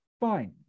fine